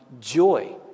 joy